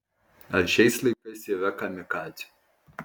ar šiais laikais yra kamikadzių